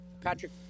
Patrick